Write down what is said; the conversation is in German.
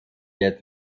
der